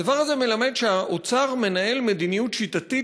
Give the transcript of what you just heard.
הדבר הזה מלמד שהאוצר מנהל מדיניות שיטתית